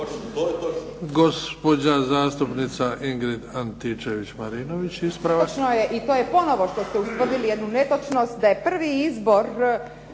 To je to.